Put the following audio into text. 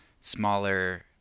smaller